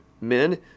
Men